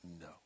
No